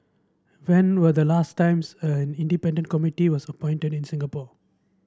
when were the last times an independent committee was appointed in Singapore